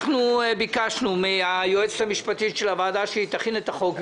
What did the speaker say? אנחנו ביקשנו מהיועצת המשפטית של הוועדה שהיא תכין את החוק,